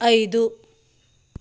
ಐದು